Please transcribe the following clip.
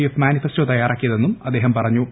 F manifesto തയ്യാറാക്കിയതെന്നും അദ്ദേഹം പറഞ്ഞു